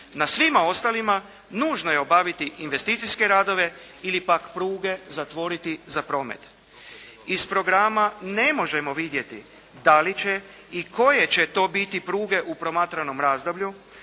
Na svima ostalima nužno je obaviti investicijske radove ili pak pruge zatvoriti za promet. Iz programa ne možemo vidjeti da li će i koje će to biti pruge u promatranom razdoblju